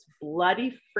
bloody